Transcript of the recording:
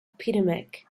epidemic